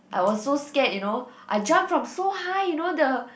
I was so scared you know I jump from so high you know the